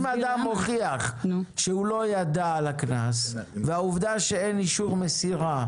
אם אדם הוכיח שהוא לא ידע על הקנס והעובדה שאין אישור מסירה,